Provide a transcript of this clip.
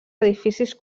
edificis